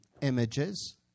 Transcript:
images